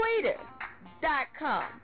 Twitter.com